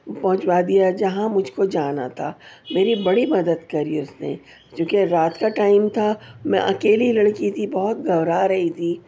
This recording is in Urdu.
پہنچوا دیا جہاں مجھ کو جانا تھا میری بڑی مدد کری اس نے چونکہ رات کا ٹائم تھا میں اکیلی لڑکی تھی بہت گھبرا رہی تھی